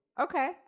Okay